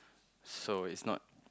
so it's not